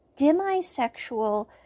Demisexual